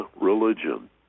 religion